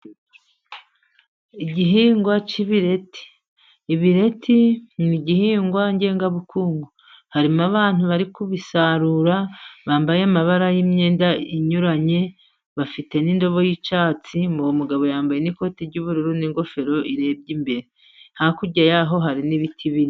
Igihingwa cy'ibireti, ibireti ni igihingwa ngengabukungu, harimo abantu bari kubisarura, bambaye imyenda y'amabara anyuranye, bafite n'indobo y'icyatsi ,uwo mugabo yambaye n'ikoti ry'ubururu n'ingofero irebye imbere hakurya yaho hari n'ibiti bine.